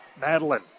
Madeline